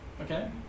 okay